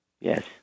Yes